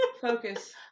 focus